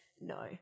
no